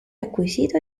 acquisito